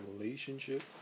relationship